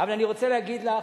אבל אני רוצה להגיד לך,